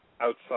outside